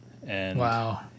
Wow